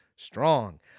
strong